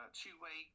two-way